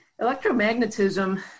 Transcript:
Electromagnetism